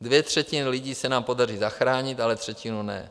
Dvě třetiny lidí se nám podaří zachránit, ale třetinu ne.